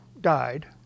died